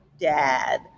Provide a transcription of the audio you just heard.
dad